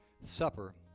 supper